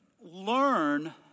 learn